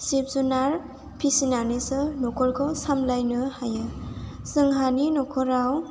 जिब जुनार फिसिनानैसो न'खरखौ सामलायनो हायो जोंहानि न'खराव